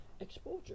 exposure